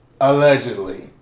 Allegedly